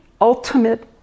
ultimate